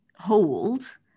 hold